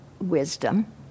wisdom